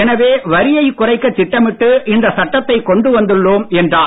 எனவே வரியைக் குறைக்கத் திட்டமிட்டு இந்த சட்டத்தை கொண்டு வந்துள்ளோம் என்றார்